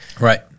Right